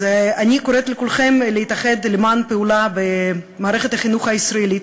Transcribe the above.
אז אני קוראת לכולכם להתאחד למען פעולה במערכת החינוך הישראלית,